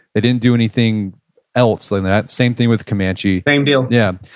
they didn't do anything else like that same thing with comanche same deal yeah.